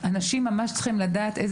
אנשים צריכים לדעת מה